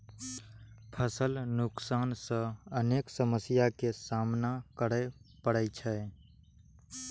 फसल नुकसान सं अनेक समस्या के सामना करै पड़ै छै